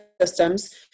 systems